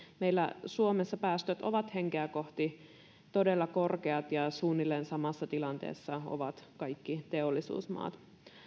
meillä suomessa päästöt ovat henkeä kohti todella korkeat ja suunnilleen samassa tilanteessa ovat kaikki teollisuusmaat